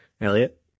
Elliot